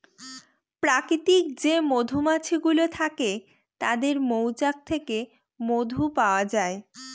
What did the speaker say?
প্রাকৃতিক যে মধুমাছি গুলো থাকে তাদের মৌচাক থেকে মধু পাওয়া যায়